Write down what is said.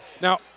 Now